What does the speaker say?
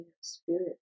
spirit